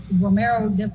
Romero